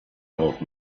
old